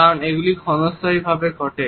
কারণ এগুলি ক্ষণস্থায়ী ভাবে ঘটে